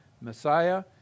Messiah